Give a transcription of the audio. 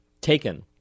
taken